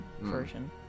version